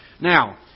Now